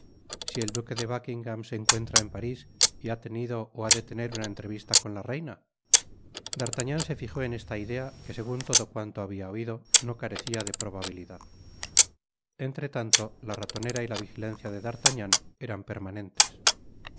si el duque de buckingam se encuentra en paris y ha tenido ó ha de tener una entrevista con la reina d'artagnan se fijó en esta idea que segun todo cuanto habia oido no carecia de probabilidad entretanto la ratonera y la vigilancia de d'artagnan eran inmanentes